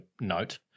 note